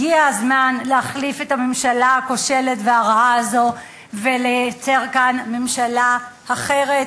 הגיע הזמן להחליף את הממשלה הכושלת והרעה הזאת ולייצר כאן ממשלה אחרת,